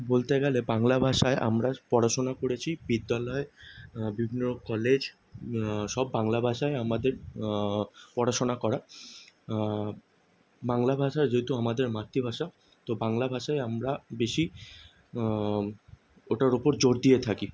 বলতে গেলে বাংলা ভাষায় আমরা পড়াশোনা করেছি বিদ্যালয় বিভিন্ন কলেজ সব বাংলা ভাষায় আমাদের পড়াশোনা করা বাংলা ভাষা যেহেতু আমাদের মাতৃভাষা তো বাংলা ভাষায় আমরা বেশি ওটার ওপর জোর দিয়ে থাকি